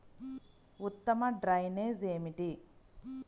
ఉత్తమ డ్రైనేజ్ ఏమిటి?